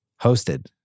hosted